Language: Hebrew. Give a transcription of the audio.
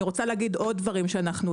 אני רוצה להגיד עוד דברים שאנחנו עושים.